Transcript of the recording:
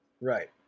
right